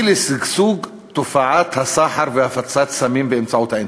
לשגשוג תופעת הסחר והפצת הסמים באמצעות האינטרנט,